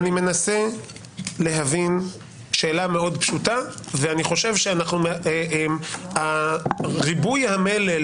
מנסה להבין שאלה מאוד פשוטה ואני חושב שריבוי המלל,